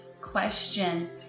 question